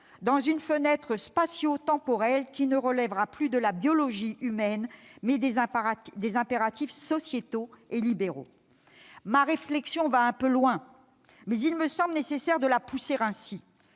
dans une fenêtre spatio-temporelle qui relèvera non plus de la biologie humaine, mais des impératifs sociétaux et libéraux. Ma réflexion va un peu loin, mais il me semble nécessaire de la pousser ainsi,